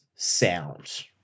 sound